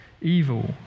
evil